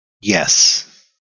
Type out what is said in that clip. Yes